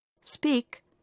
Speak